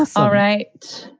all right.